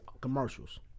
commercials